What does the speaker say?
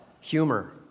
Humor